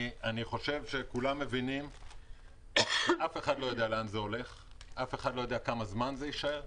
אני חושב שכולם מבינים שאף אחד לא יודע לאן זה הולך וכמה זמן זה יימשך.